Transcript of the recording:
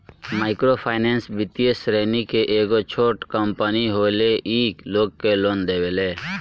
micro finance वित्तीय श्रेणी के एगो छोट कम्पनी होले इ लोग के लोन देवेले